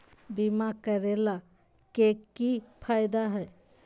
बीमा करैला के की फायदा है?